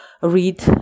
read